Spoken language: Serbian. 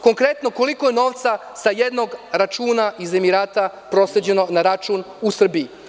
Konkretno, koliko je novca sa jednog računa iz Emirata prosleđeno na račun u Srbiji?